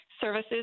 services